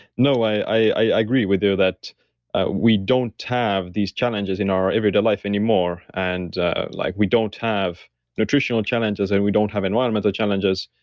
no, i agree with you that ah we don't have these challenges in our everyday life anymore. and ah like we don't have nutritional and challenges, and we don't have environmental challenges.